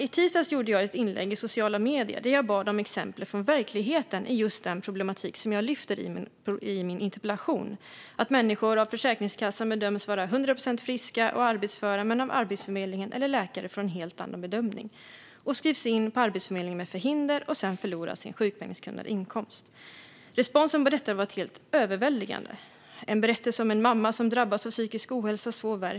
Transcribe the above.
I tisdags gjorde jag ett inlägg i sociala medier där jag bad om exempel från verkligheten på just den problematik som jag lyfter i min interpellation: människor som av Försäkringskassan bedöms vara till 100 procent friska och arbetsföra får av Arbetsförmedlingen eller läkare en helt annan bedömning. De skrivs då in på Arbetsförmedlingen med förhinder och förlorar sin sjukpenninggrundande inkomst. Responsen på detta har varit helt överväldigande. Jag fick läsa en berättelse om en mamma som drabbats av psykisk ohälsa och svår värk.